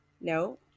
No